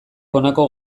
honako